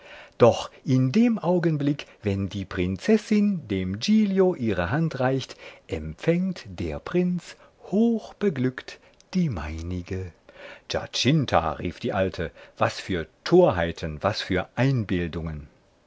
doch in dem augenblick wenn die prinzessin dem giglio ihre hand reicht empfängt der prinz hochbeglückt die meinige giacinta rief die alte was für torheiten was für einbildungen